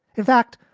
in fact,